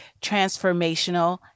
transformational